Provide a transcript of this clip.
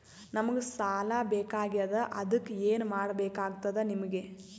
ನಮಗ ಸಾಲ ಬೇಕಾಗ್ಯದ ಅದಕ್ಕ ಏನು ಕೊಡಬೇಕಾಗ್ತದ ನಿಮಗೆ?